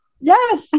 Yes